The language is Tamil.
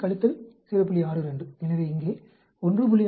62 எனவே இங்கே 1